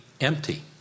empty